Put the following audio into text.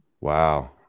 Wow